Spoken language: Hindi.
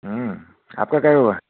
आपका कई हुआ है